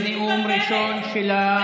זה נאום ראשון שלה.